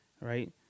Right